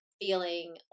feeling